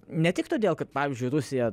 ne tik todėl kad pavyzdžiui rusija